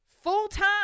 full-time